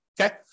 Okay